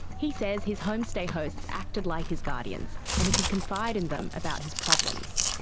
he says his homestay hosts acted like his guardians, and he could confide in them about his problems.